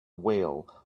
whale